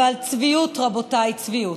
אבל צביעות, רבותיי, צביעות.